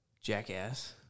jackass